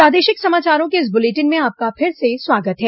प्रादेशिक समाचारों के इस बुलेटिन में आपका फिर से स्वागत है